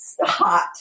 hot